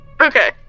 Okay